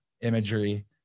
imagery